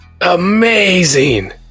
amazing